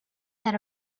that